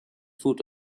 foot